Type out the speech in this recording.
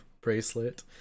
bracelet